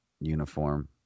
uniform